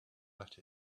let